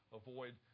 avoid